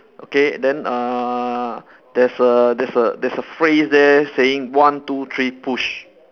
okay then uh there's a there's a there's a phrase there saying one two three push